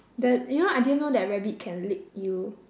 that you know I didn't know that rabbit can lick you